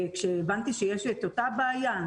וכשהבנתי שיש את אותה הבעיה,